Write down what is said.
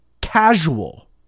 casual